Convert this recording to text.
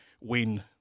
win